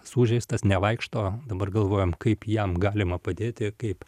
sužeistas nevaikšto dabar galvojam kaip jam galima padėti kaip